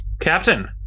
Captain